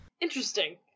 Interesting